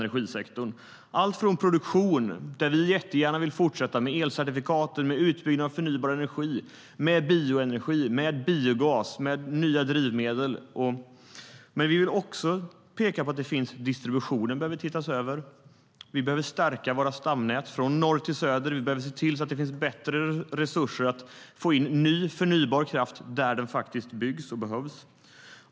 Det gäller allt från produktionen. Där vill vi jättegärna fortsätta med elcertifikaten, utbyggnad av förnybar energi, bioenergi, biogas och nya drivmedel. Men vi behöver också titta över distributionen. Vi behöver stärka våra stamnät från norr till söder och se till att det finns bättre resurser att få in ny förnybar kraft där den byggs och behövs.